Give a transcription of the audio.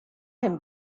him